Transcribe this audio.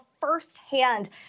firsthand